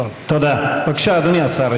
תודה רבה.